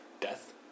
Death